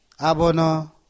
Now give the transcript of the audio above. Abono